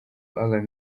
allan